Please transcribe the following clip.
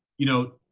you know,